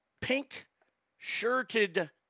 pink-shirted